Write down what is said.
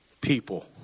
people